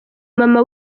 mama